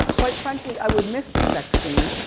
quite frankly, i would miss the sex scenes.